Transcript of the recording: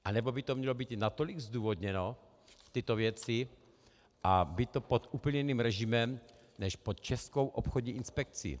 Nebo by to mělo být natolik zdůvodněno, tyto věci, a být to pod úplně jiným režimem než pod Českou obchodní inspekcí.